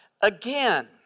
Again